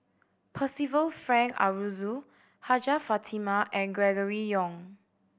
Percival Frank Aroozoo Hajjah Fatimah and Gregory Yong